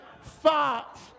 Fox